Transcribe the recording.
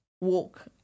walk